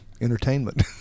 entertainment